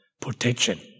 protection